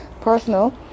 personal